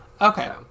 Okay